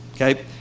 okay